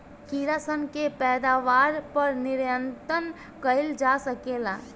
कीड़ा सन के पैदावार पर नियंत्रण कईल जा सकेला